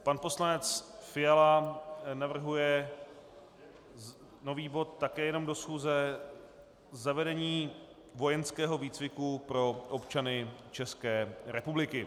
Pan poslanec Fiala navrhuje nový bod, také jenom do schůze, Zavedení vojenského výcviku pro občany České republiky.